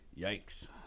Yikes